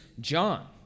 John